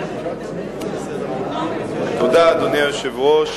אדוני היושב-ראש,